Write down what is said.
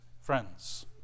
friends